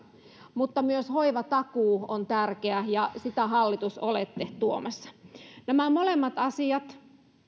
mutta myös hoivatakuu on tärkeä ja sitä hallitus olette tuomassa nämä molemmat asiat